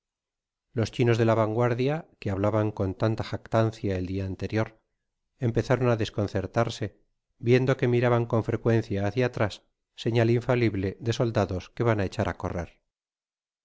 los chinos de la vanguardia que hablaban con tanta jactancia ejldia anterior empezaron á desconcertarse viendo que miraban con frecuencia hácia atrás señal infalible de soldados que van á echar á correr